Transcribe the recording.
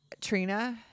Trina